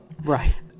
Right